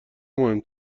مهم